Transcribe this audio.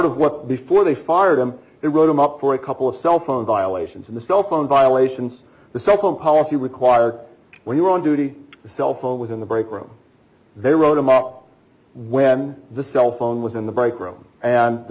of what before they fired him it wrote him up for a couple of cell phone violations in the cell phone violations the nd policy required when you were on duty the cell phone was in the break room they wrote a mock when the cell phone was in the break room and the